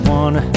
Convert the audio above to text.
one